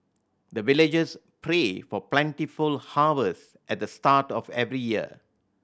the villagers pray for plentiful harvest at the start of every year